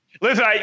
listen